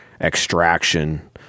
extraction